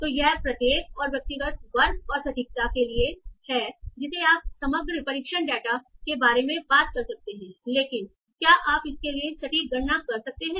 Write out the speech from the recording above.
तो यह प्रत्येक और व्यक्तिगत वर्ग और सटीकता के लिए है जिसे आप समग्र परीक्षण डेटा के बारे में बात कर सकते हैं लेकिन क्या आप इसके लिए सटीक गणना कर सकते हैं